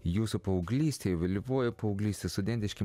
jūsų paauglystė vėlyvoji paauglystė studentiški